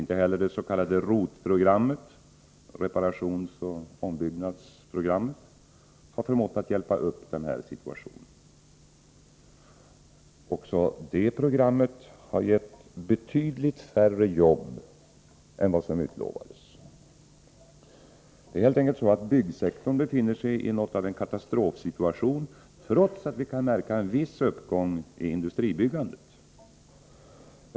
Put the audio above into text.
Inte heller det s.k. ROT-programmet — reparations-, ombyggnadsoch tillbyggnadsprogrammet — har förmått hjälpa upp situationen. Också det programmet har gett betydligt färre jobb än vad som utlovades. Byggsektorn befinner sig helt enkelt i något av en katastrofsituation, trots att vi kan märka en viss uppgång i industribyggandet.